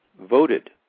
voted